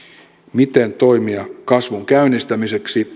miten toimia kasvun käynnistämiseksi